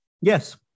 Yes